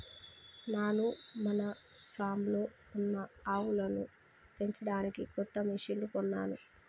నాను మన ఫామ్లో ఉన్న ఆవులను పెంచడానికి కొత్త మిషిన్లు కొన్నాను